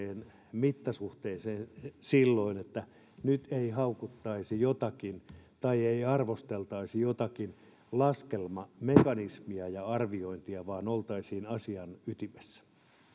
mittasuhteeseen että nyt ei haukuttaisi jotakin tai ei arvosteltaisi jotakin laskelmamekanismia ja arviointia vaan oltaisiin asian ytimessä